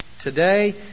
today